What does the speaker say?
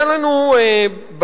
היה לנו בוועדה,